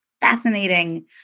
fascinating